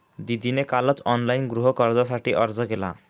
दीदीने कालच ऑनलाइन गृहकर्जासाठी अर्ज केला